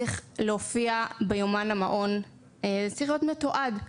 זה צריך להופיע ביומן המעון ולהיות מתועד.